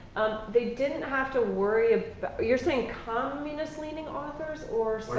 they didn't have to worry you're saying communist leaning authors or?